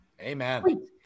Amen